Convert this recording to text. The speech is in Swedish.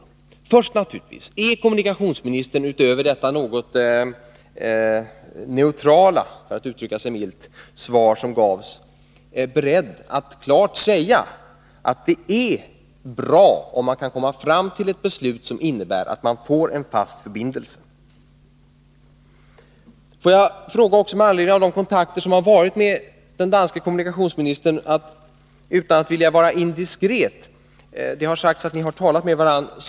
För det första naturligtvis: Är kommunikationsministern utöver det något neutrala — för att uttrycka sig milt — svar som gavs beredd att klart säga att det är bra om man kan komma fram till ett beslut som innebär att det blir en fast förbindelse? Får jag för det andra, utan att vilja vara indiskret, ställa en fråga med anledning av de kontakter som har förekommit med den danske kommunikationsministern. Det har sagts att ni har talat med varandra.